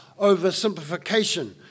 oversimplification